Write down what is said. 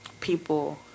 people